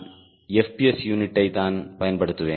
S யூனிட்டை தான் பயன்படுத்துவேன்